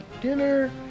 dinner